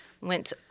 went